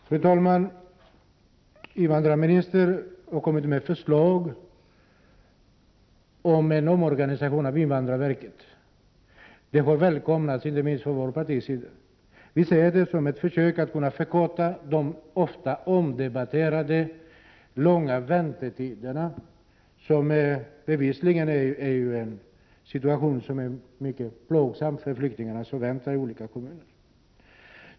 Fru talman! Invandrarministern har föreslagit en omorganisation av invandrarverket. Detta förslag har välkomnats, inte minst från vårt partis sida. Vi ser detta förslag som ett försök att förkorta de ofta omdebatterade långa väntetiderna som bevisligen innebär en plågsam situation för de flyktingar som väntar i olika kommuner.